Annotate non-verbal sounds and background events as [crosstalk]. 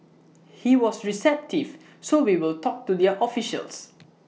[noise] he was receptive [noise] so we will talk to their officials